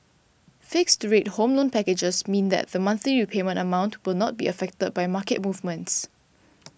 fixed rate Home Loan packages means that the monthly repayment amount will not be affected by market movements